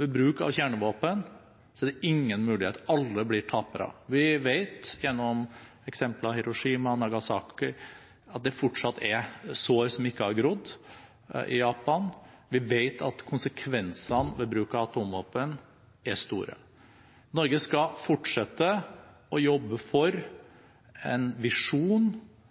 Ved bruk av kjernevåpen er det ingen mulighet – alle blir tapere. Vi vet gjennom eksemplene Hiroshima og Nagasaki at det fortsatt er sår som ikke har grodd i Japan. Vi vet at konsekvensene ved bruk av atomvåpen er store. Norge skal fortsette å jobbe for en visjon